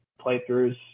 playthroughs